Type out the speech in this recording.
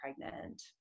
pregnant